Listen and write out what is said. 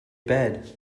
bed